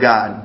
God